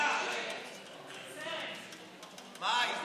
מה זאת